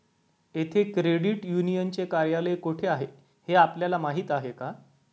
येथे क्रेडिट युनियनचे कार्यालय कोठे आहे हे आपल्याला माहित आहे का?